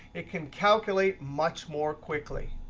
it can calculate much more quickly.